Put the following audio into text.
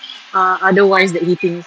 are otherwise that he thinks